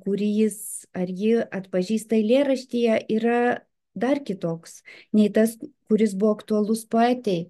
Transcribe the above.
kurį jis ar ji atpažįsta eilėraštyje yra dar kitoks nei tas kuris buvo aktualus poetei